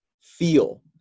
feel